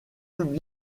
publie